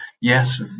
yes